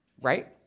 right